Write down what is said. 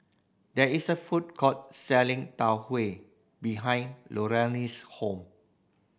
there is a food court selling Tau Huay behind Luann's hall